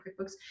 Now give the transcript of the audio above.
QuickBooks